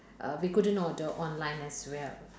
uh we couldn't order online as well